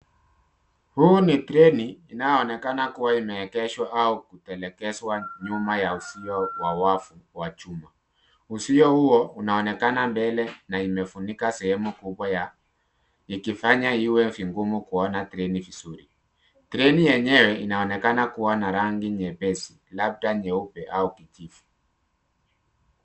Huu ni treni inayoonekana kuwa imeegeshwa au kutelekezwa nyuma ya uzio wa wavu wa chuma. Uzio huo unaonekana mbele na imefunika sehemu kubwa ikifanya iwe ngumu kuona treni vizuri. Treni yenyewe inaonekana kuwa na rangi nyepesi labda nyeupe au kijivu.